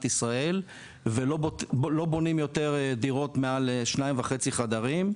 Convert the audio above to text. ישראל ולא בונים יותר דירות מעל 2.5 חדרים,